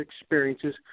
experiences